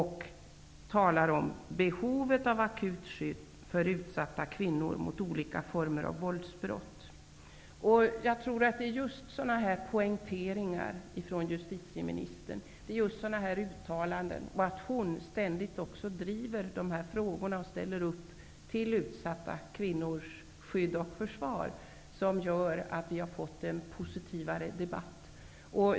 Hon talar om behovet av akut skydd för utsatta kvinnor mot olika former av våldsbrott. Jag tror att det är just sådana här poängteringar och uttalanden från justitieministern och även det faktum att hon ständigt driver dessa frågor och ställer upp för utsatta kvinnors skydd och försvar som gör att vi har fått en mera positiv debatt.